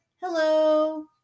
Hello